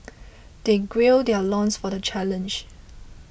they their loins for the challenge